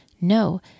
No